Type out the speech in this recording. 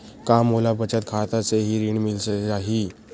का मोला बचत खाता से ही कृषि ऋण मिल जाहि?